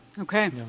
Okay